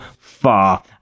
far